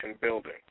Building